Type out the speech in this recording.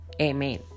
Amen